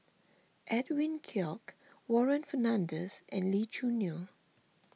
Edwin Koek Warren Fernandez and Lee Choo Neo